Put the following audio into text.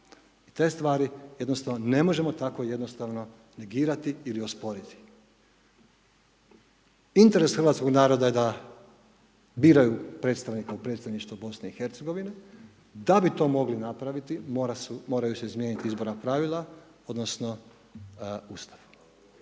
te stvari jednostavno ne možemo tako jednostavno negirati ili osporiti. Interes hrvatskog naroda da biraju predstavnika u predstavništvo BiH, da bi to mogli napraviti, moraju se izmijeniti izborna pravila odnosno Ustav.